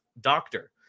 doctor